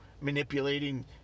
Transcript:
manipulating